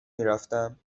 میرفتم